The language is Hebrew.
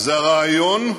זה הרעיון,